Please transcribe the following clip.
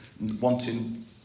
wanting